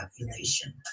population